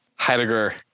Heidegger